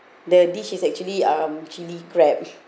the dish is actually um chili crab